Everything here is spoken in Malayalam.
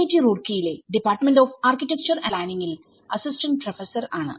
ടി റൂർക്കി യിലെ department of architecture and planning ലെ അസിസ്റ്റന്റ് പ്രൊഫസർ ആണ്